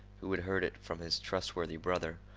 who had heard it from his trustworthy brother,